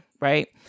right